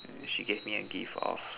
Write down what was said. she gave me a gift of